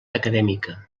acadèmica